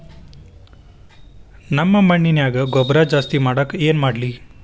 ನಮ್ಮ ಮಣ್ಣಿನ್ಯಾಗ ಗೊಬ್ರಾ ಜಾಸ್ತಿ ಮಾಡಾಕ ಏನ್ ಮಾಡ್ಲಿ?